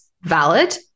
valid